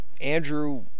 Andrew